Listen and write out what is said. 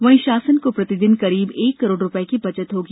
वहीं शासन को प्रतिदिन करीब एक करोड़ रूपये की बचत होगी